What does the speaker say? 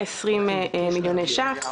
כ-20 מיליוני שקלים.